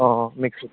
অঁ অঁ মিক্সিত